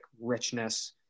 richness